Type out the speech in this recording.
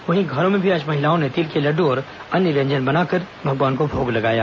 वहीं घरों में भी आज महिलाओं ने तिल के लड्डू और अन्य व्यंजन बनाकर भगवान को भोग लगाया